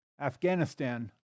Afghanistan